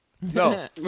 No